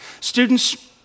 Students